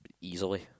Easily